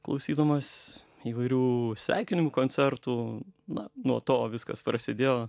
klausydamas įvairių sveikinimų koncertų na nuo to viskas prasidėjo